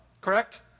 correct